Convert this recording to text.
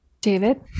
David